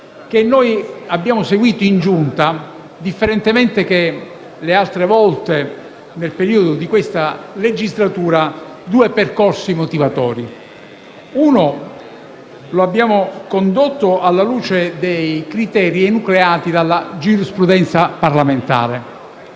Giunta abbiamo seguito, differentemente da altre volte, nel corso di questa legislatura, due percorsi motivatori. Uno lo abbiamo condotto alla luce dei criteri enucleati dalla giurisprudenza parlamentare.